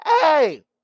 Hey